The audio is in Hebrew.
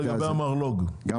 גם המרלו"ג.